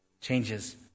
changes